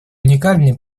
уникальный